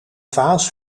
vaas